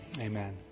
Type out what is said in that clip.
Amen